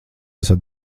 esat